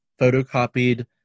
photocopied